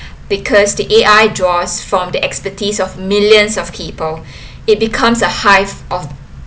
because the A_I draws from the expertise of millions of people it becomes a hive of